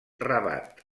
rabat